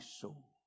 soul